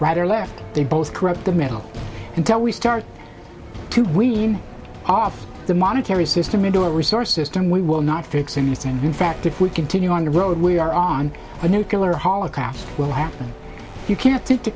right or left they both corrupt the middle until we start to wean off the monetary system into a resource system we will not fix anything in fact if we continue on the road we are on the nucular holographs will happen you can't t